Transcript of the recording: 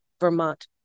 Vermont